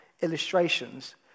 illustrations